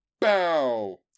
bow